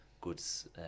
goods